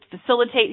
facilitate